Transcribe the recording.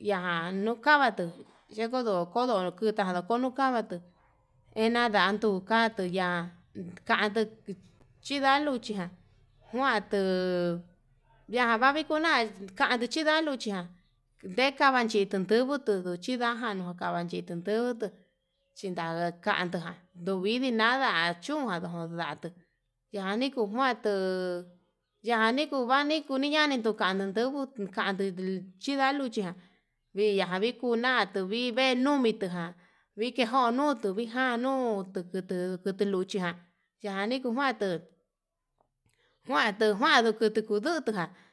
iha nukavatuu, yendodo kondo yutana nuu navatuu ennadantu ka'a tuu ya'a kandu chindaluchi ján kuanduu kua liachi kuna'a kandi chila'a nuchiján ndekan vachinbutuu ndunu chinda nokava'a chitundubutu chinanga kanduján nduguu, kuidii nada chunkatun noyatuu ndani kuu datuu yanii kuvani nuyaninduu ndandu nduguu chinda luchi ján nina vikuu na'a tuvive numituján viko nejen nutuu niján nuu kutu chikeluchi ján yaniku njuandu njuandu ndukutu ndutu ján.